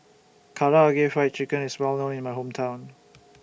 Karaage Fried Chicken IS Well known in My Hometown